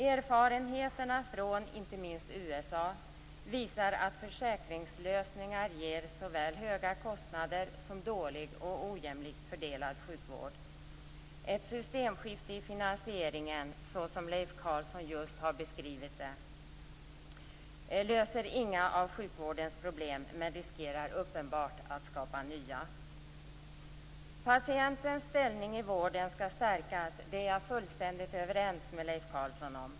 Erfarenheterna från inte minst USA visar att försäkringslösningar ger såväl höga kostnader som dålig och ojämlikt fördelad sjukvård. Ett systemskifte i finansieringen, så som Leif Carlson just har beskrivit det, löser inga av sjukvårdens problem men riskerar uppenbart att skapa nya. Patientens ställning i vården skall stärkas, det är jag fullständigt överens med Leif Carlson om.